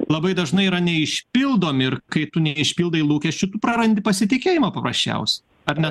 labai dažnai yra neišpildomi ir kai tu neišpildai lūkesčių tu prarandi pasitikėjimą paprasčiausiai ar ne